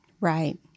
Right